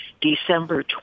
December